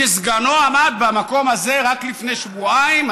שסגנו עמד במקום הזה רק לפני שבועיים,